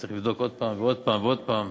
צריך לבדוק עוד פעם ועוד פעם ועוד פעם.